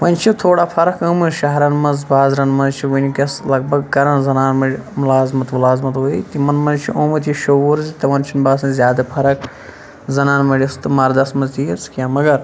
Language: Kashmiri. وۄنۍ چھِ تھوڑا فرق آمٕژ شَہرَن مَنٛز بازرَن مَنٛز چھِ وٕنکٮ۪س لَگ بَگ کَران زَنان مٔڑۍ ملازمَت وُلازمَت ؤے تِمَن مَنٛز چھُ آمُت یہِ شعور زِ پَتہٕ تِمَن چھُنہٕ باسان زیاد پھَرَکھ زَنان مٔڑِ تہٕ مَردَس مَنٛز تیٖژ کینٛہہ مَگَر